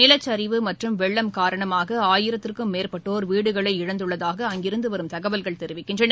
நிலச்சிவு மற்றும் வெள்ளம் காரணமாக ஆயிரத்துக்கும் மேற்பட்டோா் வீடுகளை இழந்துள்ளதாக அங்கிருந்த வரும் தகவல்கள் தெரிவிக்கின்றன